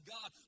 God